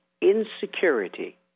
insecurity